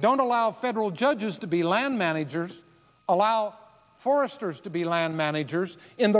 don't allow federal judges to be land managers allow foresters to be land managers in